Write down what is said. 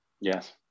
Yes